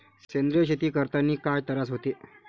सेंद्रिय शेती करतांनी काय तरास होते?